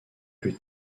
plus